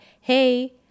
hey